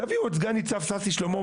תביאו את סגן נציב ששי שלמה,